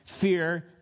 fear